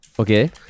Okay